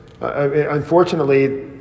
unfortunately